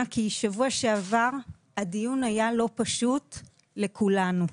כי בשבוע שעבר הדיון היה לא פשוט לכולנו.